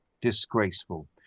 Disgraceful